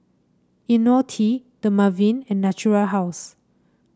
IoniL T Dermaveen and Natura House